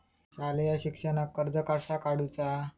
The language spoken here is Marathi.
शालेय शिक्षणाक कर्ज कसा काढूचा?